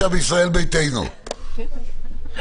תודה רבה.